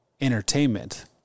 entertainment